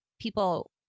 people